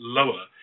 lower